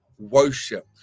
Worship